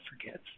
forgets